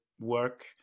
work